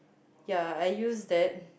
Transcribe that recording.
ya I use that